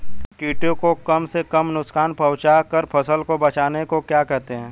कीटों को कम से कम नुकसान पहुंचा कर फसल को बचाने को क्या कहते हैं?